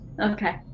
Okay